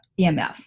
EMF